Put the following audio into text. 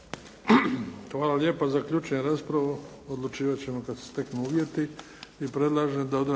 Hvala lijepa. Zaključujem raspravu. Odlučivat ćemo kad se steknu uvjeti.